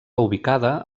ubicada